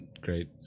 great